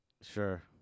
sure